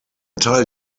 teil